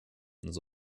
werden